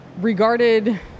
Regarded